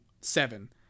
seven